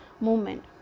movement